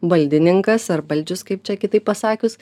baldininkas ar baldžius kaip čia kitaip pasakius